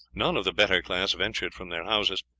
none of the better class ventured from their houses,